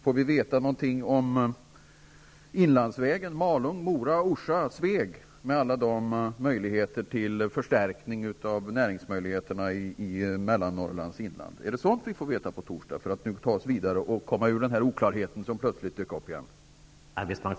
Får vi veta någonting om inlandsvägen Malung--Mora--Orsa-- Sveg, som skall bidra till en förstärkning av näringsmöjligheterna i Mellannorrrlands inland? Är det sådant som vi skall få veta på torsdag, för att föra diskussionen vidare och komma ifrån den här oklarheten som plötsligt dök upp igen?